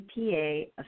EPA